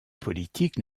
politiques